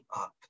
up